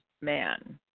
man